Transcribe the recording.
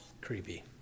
Creepy